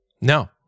No